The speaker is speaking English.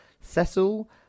Cecil